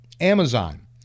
Amazon